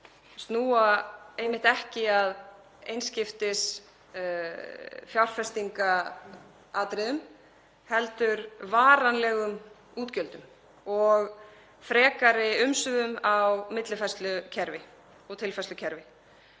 snúa einmitt ekki að einskiptisfjárfestingaratriðum heldur varanlegum útgjöldum og frekari umsvifum millifærslukerfa og tilfærslukerfa.